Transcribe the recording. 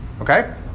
Okay